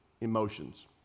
emotions